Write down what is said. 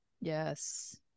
Yes